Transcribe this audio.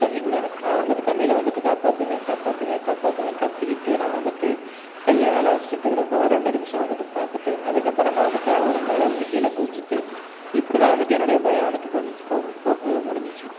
தண்ணிக்குள்ளாற நான் வந்துவிட்டு தண்ணியில் வந்துவிட்டு காப்பாற்றுங்க காப்பாற்றுங்க காப்பாற்றுங்கன்னு கத்திக்கிட்டு நான் வந்துவிட்டு கையை காலை அசைச்சிட்டு இருக்கிறப்போ ஒரு ரெண்டு நிமிஷம் வந்துவிட்டு பார்த்துட்டு அதுக்கப்புறமா வந்துவிட்டு அவரும் மேலே இருந்து கீழே குதிச்சுட்டு இப்படி தான் வந்துவிட்டு என்னுடைய பயம் வந்துவிட்டு போக்கவே முடிஞ்சுச்சி